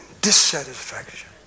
dissatisfaction